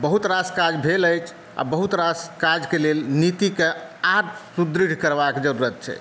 बहुत रास काज भेल अछि आ बहुत रास काजक लेल नीतिक आब सुदृढ़ करबाक ज़रूरत छै